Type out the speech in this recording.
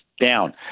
down